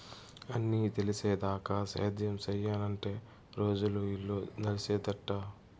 అన్నీ తెలిసేదాకా సేద్యం సెయ్యనంటే రోజులు, ఇల్లు నడిసేదెట్టా